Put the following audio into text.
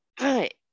Right